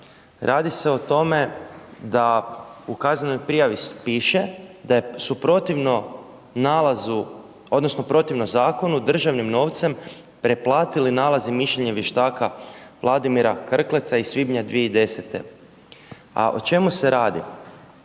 Radi se o tome da u kaznenoj prijavi piše da su protivno nalazu odnosno protiv zakonu, državnim novcem preplatili nalaze i mišljenje vještaka Vladimira Krkleca iz svibnja 2010., a o čemu se radi?